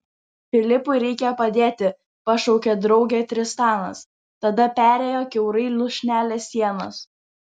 filipui reikia padėti pašaukė draugę tristanas tada perėjo kiaurai lūšnelės sienas